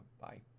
Bye